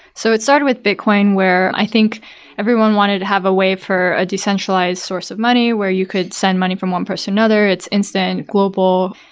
so it started with bitcoin where i think everyone wanted to have a way for a decentralized source of money where you could send money from one person to another. it's instant, global.